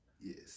Yes